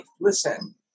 Listen